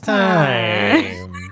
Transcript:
time